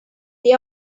they